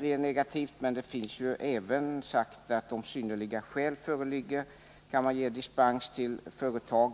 negativt i vissa avseenden, men det sägs även att om ”synnerliga skäl” föreligger kan man ge dispens till företag.